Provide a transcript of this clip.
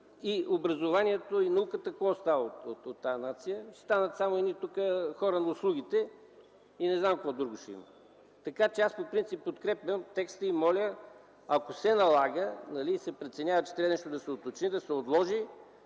образованието и науката, какво остава от тази нация? Остават само едни хора на услугите и не знам какво друго ще има. Аз по принцип подкрепям текста и моля, ако се налага и се преценява, че нещо трябва да се уточни, да се отложи